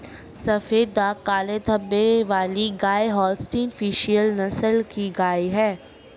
सफेद दाग काले धब्बे वाली गाय होल्सटीन फ्रिसियन नस्ल की गाय हैं